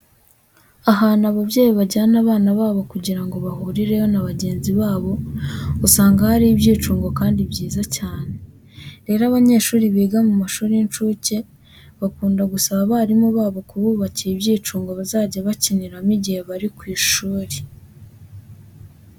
Ahantu ababyeyi bajyana abana babo kugira ngo bahurireyo na bagenzi babo usanga haba hari ibyicungo kandi byiza cyane. Rero abanyeshuri biga mu mashuri y'incuke bakunda gusaba abarimu babo kububakira ibyicungo bazajya bakiniramo igihe bari ku ishuri.